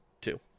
Two